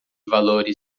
valori